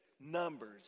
Numbers